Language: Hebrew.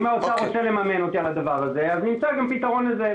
אם האוצר רוצה לממן אותי על הדבר הזה אז נמצא גם פתרון לזה.